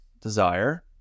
desire